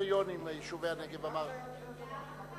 הקריטריונים ליישובי הנגב המערבי?